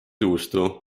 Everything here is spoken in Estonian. juustu